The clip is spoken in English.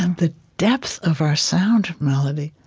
and the depth of our sound melody.